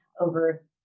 over